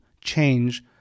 change